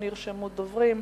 לא נרשמו דוברים,